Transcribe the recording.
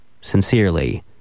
Sincerely